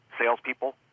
salespeople